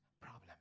problem